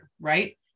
right